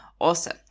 awesome